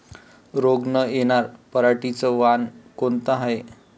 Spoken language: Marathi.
रोग न येनार पराटीचं वान कोनतं हाये?